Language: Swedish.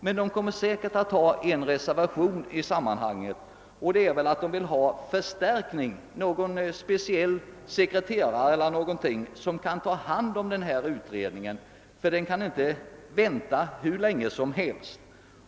Men då kommer myndigheterna säkert att göra den reservationen att man vill ha en personalförstärkning — t.ex. en sekreterare — eftersom utredningsarbetet inte kan fördröjas hur länge som helst.